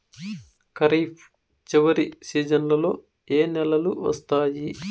ఖరీఫ్ చివరి సీజన్లలో ఏ నెలలు వస్తాయి?